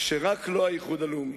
שרק לא האיחוד הלאומי.